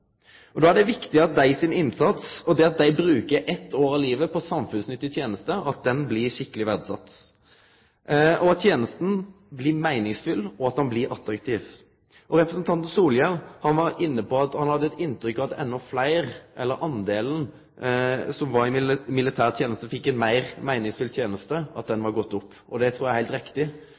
Då er det viktig at innsatsen deira og det at dei bruker eitt år av livet på samfunnsnyttig teneste, blir skikkeleg verdsett. Og det er viktig at tenesta blir meiningsfylt og attraktiv. Representanten Solhjell var inne på at han hadde eit inntrykk av at talet på dei som får ei meir meiningsfylt teneste i militæret, har gått opp. Det trur eg er heilt riktig.